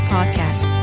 Podcast